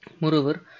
Moreover